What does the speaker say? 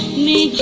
me